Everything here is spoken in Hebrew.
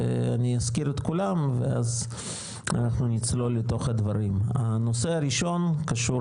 ואני אזכיר את כולם ונצלול לתוך הדברים: הנושא הראשון קשור